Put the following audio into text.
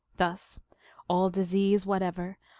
thus all disease whatever,